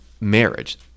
marriage